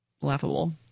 laughable